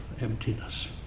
emptiness